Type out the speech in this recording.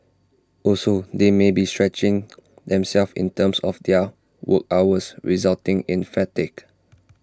also they may be stretching themselves in terms of their work hours resulting in fatigue